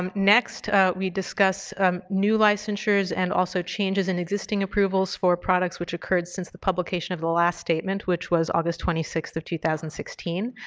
um next we discussed new licensures and also changes in existing approvals for products which occurred since the publication of the last statement, which was august twenty sixth of two thousand and sixteen.